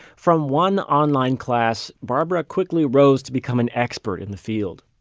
from one online class, barbara quickly rose to become an expert in the field.